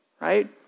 right